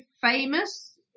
famous